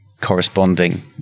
corresponding